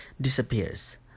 disappears